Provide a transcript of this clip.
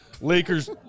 Lakers